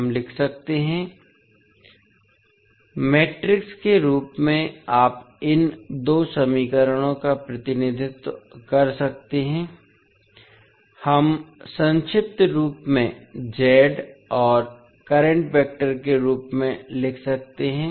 हम लिख सकते है मैट्रिक्स के रूप में आप इन दो समीकरणों का प्रतिनिधित्व कर सकते हैं हम संक्षिप्त रूप में और करंट वेक्टर के रूप में लिख सकते हैं